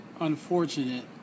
unfortunate